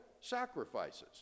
sacrifices